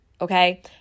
Okay